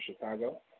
Chicago